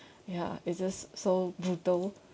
ya it's just so brutal